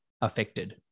affected